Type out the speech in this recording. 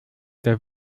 der